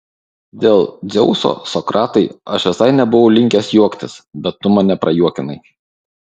dėl dzeuso sokratai aš visai nebuvau linkęs juoktis bet tu mane prajuokinai